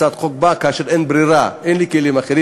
הצעת חוק באה כאשר אין ברירה, אין לי כלים אחרים.